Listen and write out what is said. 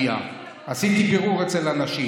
ולא קראתי את זה בהמודיע, עשיתי בירור אצל אנשים.